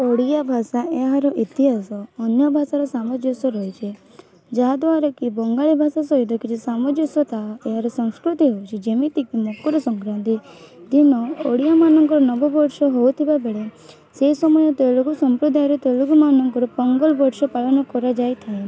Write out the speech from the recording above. ଓଡ଼ିଆ ଭାଷା ଏହାର ଇତିହାସ ଅନ୍ୟଭାଷାର ସାମଞ୍ଜସ୍ୟ ରହିଛି ଯାହାଦ୍ଵାରା କି ବଙ୍ଗାଳୀ ଭାଷା ସହିତ କିଛି ସାମଞ୍ଜସ୍ୟ ତାହା ଏହାର ସଂସ୍କୃତି ହେଉଛି ଯେମିତି କି ମକର ସଂକ୍ରାନ୍ତି ଦିନ ଓଡ଼ିଆ ମାନଙ୍କ ନବ ବର୍ଷ ହୋଉଥିବା ବେଳେ ସେହି ସମୟ ତେଲୁଗୁ ସମ୍ପ୍ରଦାୟର ତେଲୁଗୁ ମାନଙ୍କର ପୋଙ୍ଗଲ୍ ବର୍ଷ ପାଳନ କରାଯାଇଥାଏ